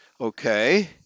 Okay